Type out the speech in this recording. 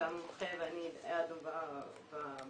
והמומחה ואני העדנו במשפט.